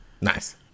Nice